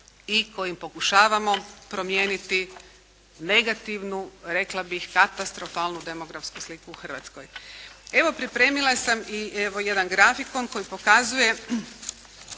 i kojim pokušavamo promijeniti negativnu rekla bih katastrofalnu demografsku sliku u Hrvatskoj. Evo, pripremila sam i evo jedan grafikon koji pokazuje,